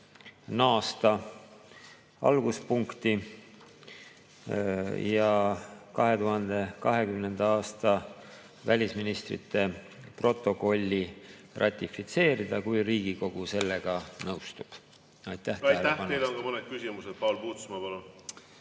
naasta alguspunkti ja 2020. aasta välisministrite protokolli ratifitseerida, kui Riigikogu sellega nõustub. Aitäh! Aitäh! Teile on ka mõned küsimused. Paul Puustusmaa, palun!